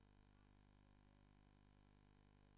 כך